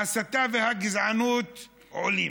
ההסתה והגזענות עולות.